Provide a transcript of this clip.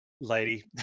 lady